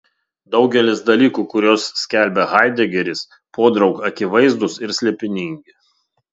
daugelis dalykų kuriuos skelbia haidegeris podraug akivaizdūs ir slėpiningi